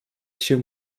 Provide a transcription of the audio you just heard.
się